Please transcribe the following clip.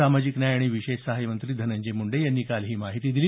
सामाजिक न्याय आणि विशेष सहाय्य मंत्री धनंजय मुंडे यांनी काल ही माहिती दिली